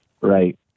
Right